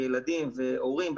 ילדים והורים,